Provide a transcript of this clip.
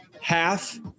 half